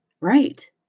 right